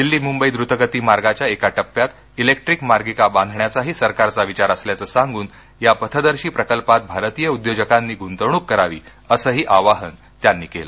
दिल्ली मुंबई द्रतगती मार्गाच्या एका टप्प्यात क्रिक्ट्रिक मार्गिका बांधण्याचाही सरकारचा विचार असल्याचं सांगून या पथदर्शी प्रकल्पात भारतीय उद्योजकांनी गुंतवणूक करावी असंही आवाहन त्यांनी केलं